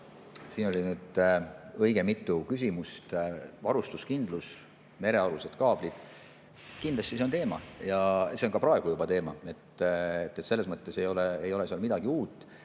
Siin oli nüüd õige mitu küsimust. Varustuskindlus, merealused kaablid – kindlasti see on teema. Ja see on juba praegu teema, selles mõttes ei ole seal midagi uut.